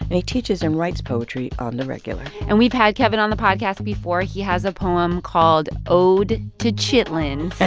and he teaches and writes poetry on the regular and we've had kevin on the podcast before. he has a poem called ode to chitlins.